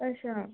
अच्छा